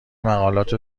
مقالات